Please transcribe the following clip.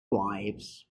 wives